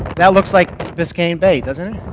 that looks like biscayne bay, doesn't it?